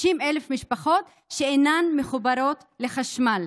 60,000 משפחות אינן מחוברות לחשמל.